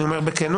אני אומר בכנות.